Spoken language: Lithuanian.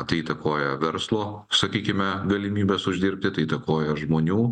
tai įtakoja verslo sakykime galimybes uždirbti tai įtakoja žmonių